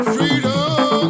Freedom